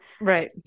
Right